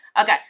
Okay